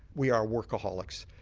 we are workaholics.